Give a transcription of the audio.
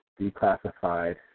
Declassified